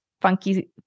funky